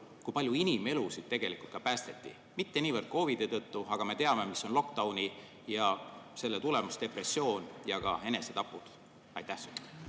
kui palju inimelusid tegelikult päästeti, mitte niivõrd COVID‑i tõttu, aga me teame, mis onlockdown, selle tulemus, depressioon ja ka enesetapud. Aitäh,